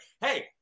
hey